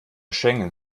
schengen